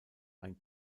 ein